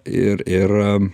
ir ir